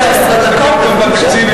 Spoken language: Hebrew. תסתכל טוב בתקציב.